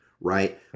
right